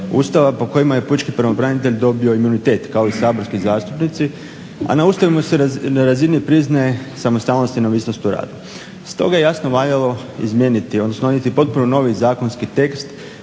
Ustava, po kojima je pučki pravobranitelj dobio imunitet kao i saborski zastupnici, a na ustavnoj se razini priznaje samostalnost i neovisnost u radu. Stoga je jasno valjalo izmijeniti, odnosno donijeti potpuno novi zakonski tekst